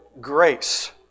grace